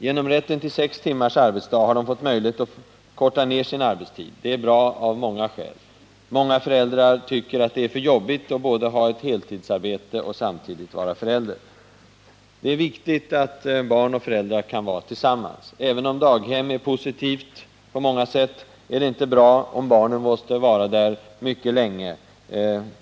Genom rätten till sex timmars arbetsdag har de fått möjlighet att korta ner sin arbetstid. Det är bra av många skäl. Många föräldrar tycker att det är för jobbigt att både ha ett heltidsarbete och samtidigt vara förälder. Det är viktigt att barn och föräldrar kan vara tillsammans. Även om daghem är positivt på många sätt, är det inte bra om barnen måste vara där mycket länge.